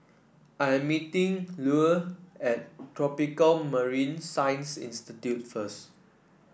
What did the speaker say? I am meeting Lue at Tropical Marine Science Institute first